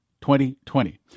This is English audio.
2020